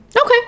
Okay